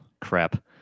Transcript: Crap